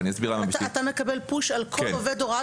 ואני אסביר למה הם --- אתה מקבל פוש על כל עובד הוראה